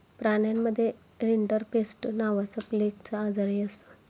प्राण्यांमध्ये रिंडरपेस्ट नावाचा प्लेगचा आजारही असतो